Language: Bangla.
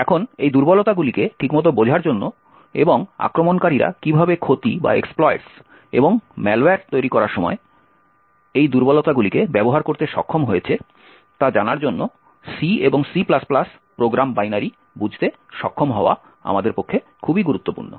এখন এই দুর্বলতাগুলিকে ঠিকমতো বোঝার জন্য এবং আক্রমণকারীরা কীভাবে ক্ষতি এবং ম্যালওয়্যার তৈরি করার সময় এই দুর্বলতাগুলিকে ব্যবহার করতে সক্ষম হয়েছে তা জানার জন্য C এবং C প্রোগ্রাম বাইনারি বুঝতে সক্ষম হওয়া আমাদের পক্ষে খুবই গুরুত্বপূর্ণ